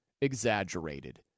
exaggerated